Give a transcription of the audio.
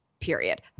period